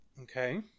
Okay